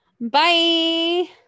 Bye